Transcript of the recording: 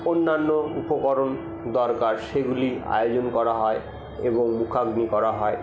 অন্যান্য উপকরণ দরকার সেগুলি আয়োজন করা হয় এবং মুখাগ্নি করা হয়